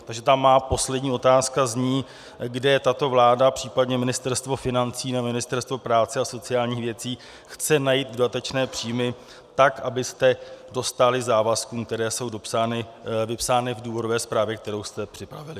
Takže ta má poslední otázka zní: kde tato vláda, případně Ministerstvo financí nebo Ministerstvo práce a sociálních věcí chce najít dodatečné příjmy, tak abyste dostáli závazkům, které jsou vypsány v důvodové zprávě, kterou jste připravili?